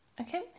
Okay